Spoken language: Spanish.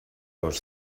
los